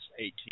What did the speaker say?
18